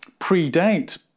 predate